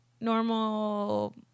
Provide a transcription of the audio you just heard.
normal